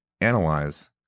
analyze